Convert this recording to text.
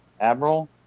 admiral